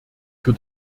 für